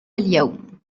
اليوم